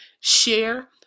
share